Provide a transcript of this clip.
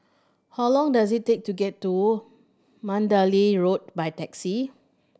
how long does it take to get to Mandalay Road by taxi